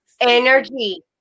energy